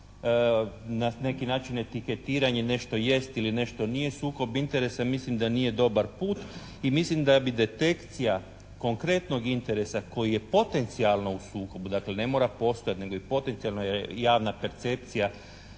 Na neki način etiketiranje nešto jest ili nešto nije sukob interesa mislim da nije dobar put i mislim da bi detekcija konkretnog interesa koji je potencijalno u sukobu, dakle ne mora postojati nego je i potencijalno javna percepcija